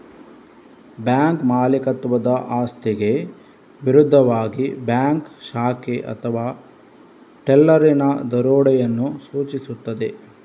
bank ಮಾಲೀಕತ್ವದ ಆಸ್ತಿಗೆ ವಿರುದ್ಧವಾಗಿ ಬ್ಯಾಂಕ್ ಶಾಖೆ ಅಥವಾ ಟೆಲ್ಲರಿನ ದರೋಡೆಯನ್ನು ಸೂಚಿಸುತ್ತದೆ